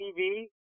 TV